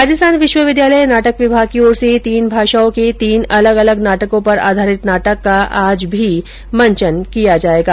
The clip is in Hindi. राजस्थान विश्वविद्यालय नाटक विभाग की ओर से तीन भाषाओं के तीन अलग अलग नाटकों पर आधारित नाटक का आज भी मंचन किया जाएगा